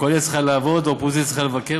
הקואליציה צריכה לעבוד והאופוזיציה צריכה לבקר,